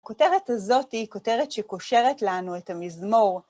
כותרת זאתי היא כותרת שקושרת לנו את המזמור.